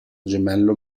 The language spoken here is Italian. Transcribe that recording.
gemello